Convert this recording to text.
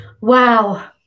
Wow